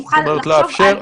נוכל לחשוב על --- זאת אומרת,